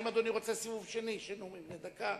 האם אדוני רוצה סיבוב שני של נאומים בני דקה?